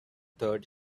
third